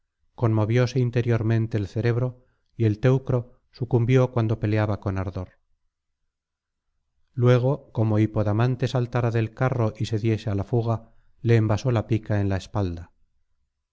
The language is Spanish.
conmovióse interiormente el cerebro y el teucro sucumbió cuando peleaba con ardor luego como hipodamante saltara del carro y se diese á la fuga le envasó la pica en la espalda